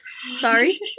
Sorry